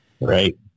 Right